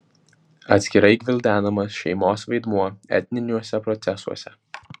atskirai gvildenamas šeimos vaidmuo etniniuose procesuose